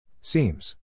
Seems